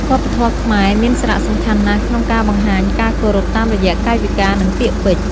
វប្បធម៌ខ្មែរមានសារៈសំខាន់ណាស់ក្នុងការបង្ហាញការគោរពតាមរយៈកាយវិការ និងពាក្យពេចន៍។